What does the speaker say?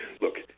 look